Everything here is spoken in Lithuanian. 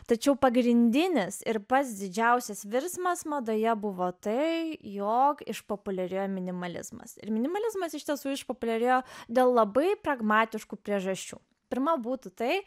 tačiau pagrindinis ir pats didžiausias virsmas madoje buvo tai jog išpopuliarėjo minimalizmas ir minimalizmas iš tiesų išpopuliarėjo dėl labai pragmatiškų priežasčių pirma būtų tai